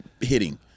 hitting